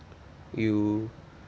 you